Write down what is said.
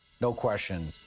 no question.